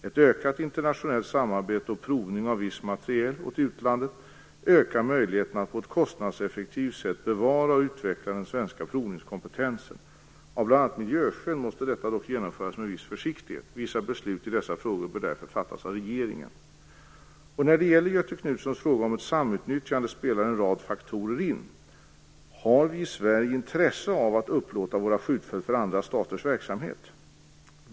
Ett ökat internationellt samarbete och provning av viss materiel åt utlandet ökar möjligheterna att på ett kostnadseffektivt sätt bevara och utveckla den svenska provningskompetensen. Av bl.a. miljöskäl måste detta dock genomföras med viss försiktighet. Vissa beslut i dessa frågor bör därför fattas av regeringen. När det gäller Göthe Knutsons fråga om ett samutnyttjande spelar en rad faktorer in. Har vi i Sverige intresse av att upplåta våra skjutfält för andra staters verksamhet?